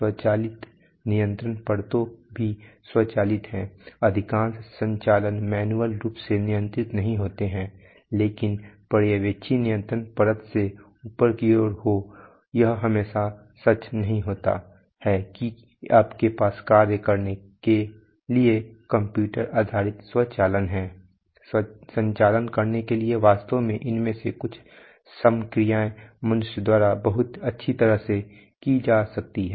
स्वचालित नियंत्रण परतें भी स्वचालित हैं अधिकांश संचालन मैन्युअल रूप से नियंत्रित नहीं होते हैं लेकिन पर्यवेक्षी नियंत्रण परत से ऊपर की ओर हो यह हमेशा सच नहीं होता है कि आपके पास कार्य करने के लिए कंप्यूटर आधारित स्वचालन है संचालन करने के लिए वास्तव में इनमें से कुछ संक्रियाएँ मनुष्य द्वारा बहुत अच्छी तरह से की जा सकती हैं